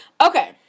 Okay